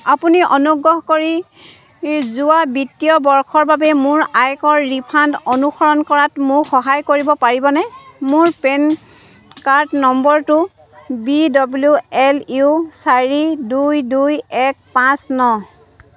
আপুনি অনুগ্ৰহ কৰি যোৱা বিত্তীয় বৰ্ষৰ বাবে মোৰ আয়কৰ ৰিফাণ্ড অনুসৰণ কৰাত মোক সহায় কৰিব পাৰিবনে মোৰ পেন কাৰ্ড নম্বৰটো বি ডব্লিউ এল ইউ চাৰি দুই দুই এক পাঁচ ন